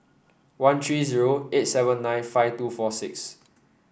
one three zero eight seven nine five two four six